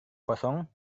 kosong